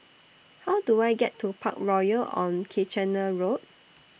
How Do I get to Parkroyal on Kitchener Road